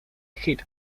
hit